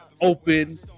open